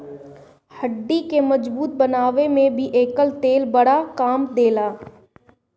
हड्डी के मजबूत बनावे में भी एकर तेल बड़ा काम देला